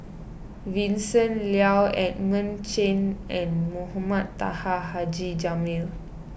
Vincent Leow Edmund Chen and Mohamed Taha Haji Jamil